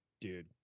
dude